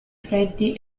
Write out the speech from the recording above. freddi